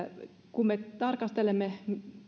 kun me tarkastelemme